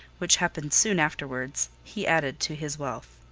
which happened soon afterwards, he added to his wealth.